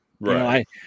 Right